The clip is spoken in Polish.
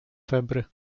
febry